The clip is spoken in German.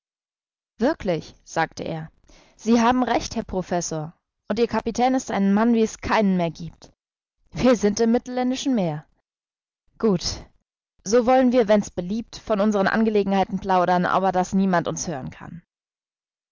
wirklich sagte er sie haben recht herr professor und ihr kapitän ist ein mann wie es keinen mehr giebt wir sind im mittelländischen meer gut so wollen wir wenn's beliebt von unseren angelegenheiten plaudern aber daß niemand uns hören kann